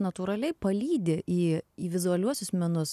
natūraliai palydi į į vizualiuosius menus